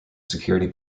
security